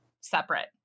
separate